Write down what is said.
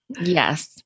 Yes